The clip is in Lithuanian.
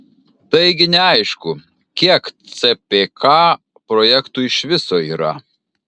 taigi neaišku kiek cpk projektų iš viso yra